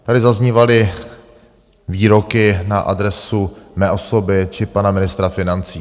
Tady zaznívaly výroky na adresu mé osoby či pana ministra financí.